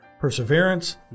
perseverance